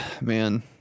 man